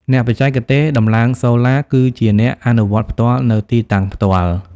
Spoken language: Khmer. អ្នកបច្ចេកទេសដំឡើងសូឡា គឺជាអ្នកអនុវត្តផ្ទាល់នៅទីតាំងផ្ទាល់។